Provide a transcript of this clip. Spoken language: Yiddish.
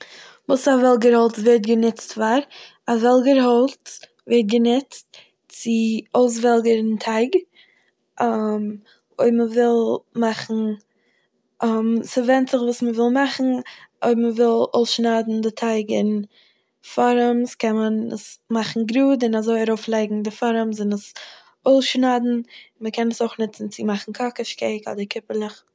וואס א וועלגער האלץ ווערט גענוצט פאר. א וועלגער האלץ ווערט גענוצט צו אויסוועלגערן טייג. אויב מ'וויל מאכן- ס'ווענדט זיך וואס מ'וויל מאכן. אויב מ'וויל אויסשניידן די טייג אין פארעמס קען מען עס מאכן גראד, און אזוי ארויפלייגן די פארעמס, און עס אויסשניידן. מ'קען עס אויך נוצן צו מאכן קאקאש קעיק אדער קיפעלעך.